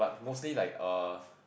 mostly like uh